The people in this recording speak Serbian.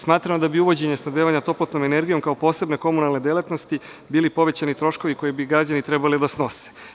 Smatram da bi uvođenje snabdevanja toplotnom energijom kao posebne komunalne delatnosti bili povećani troškovi koje bi građani trebali da snose.